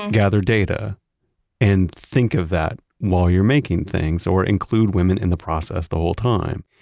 and gather data and think of that while you're making things or include women in the process the whole time.